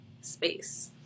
space